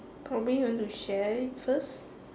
probably you want to share it first